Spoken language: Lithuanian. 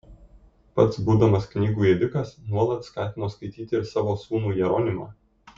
pats būdamas knygų ėdikas nuolat skatino skaityti ir savo sūnų jeronimą